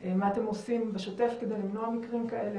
מה אתם עושים בשוטף כדי למנוע מקרים כאלה?